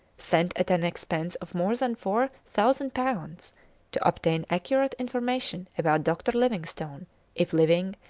sent at an expense of more than four thousand pounds to obtain accurate information about dr. livingstone if living,